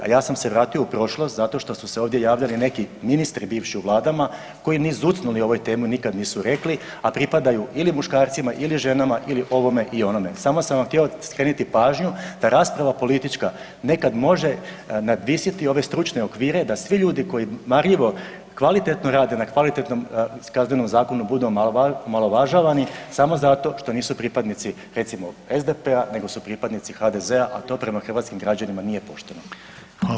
A ja sam se vratio u prošlost zato što su se ovdje javljali neki ministri bivši u vladama koji ni zucnuli o ovoj temi nikad nisu rekli, a pripadaju ili muškarcima ili ženama ili ovome i onome, samo sam vam htio skrenuti pažnju da rasprava politička nekad može nadvisiti ove stručne okvire da svi ljudi koji marljivo, kvalitetno rade na kvalitetnom Kaznenom zakonu budu omalovažavani, samo zato što nisu pripadnici recimo SDP-a nego su pripadnici HDZ-a, a to prema hrvatskim građanima nije pošteno.